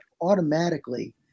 automatically